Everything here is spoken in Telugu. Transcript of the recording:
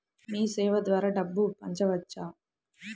మీసేవ ద్వారా డబ్బు పంపవచ్చా?